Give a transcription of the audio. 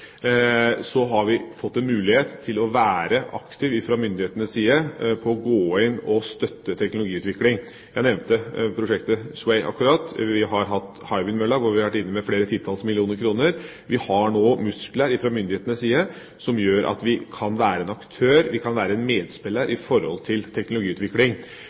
så har vi fått en mulighet til å være aktive fra myndighetenes side og gå inn og støtte teknologiutvikling. Jeg nevnte prosjektet SWAY akkurat. Vi har hatt Hywind-mølla hvor vi har vært inne med flere titalls millioner kroner. Vi har nå muskler fra myndighetenes side, noe som gjør at vi kan være en aktør, at vi kan være en medspiller i forhold til teknologiutvikling.